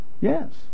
Yes